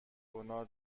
گناه